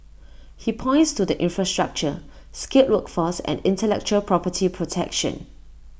he points to the infrastructure skilled workforce and intellectual property protection